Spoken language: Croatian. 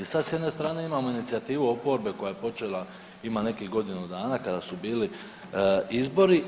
Sad s jedne strane imamo inicijativu oporbe koja je počela ima nekih godinu dana kada su bili izbori.